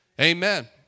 Amen